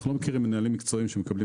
אנחנו לא מכירים מנהלים מקצועיים שמקבלים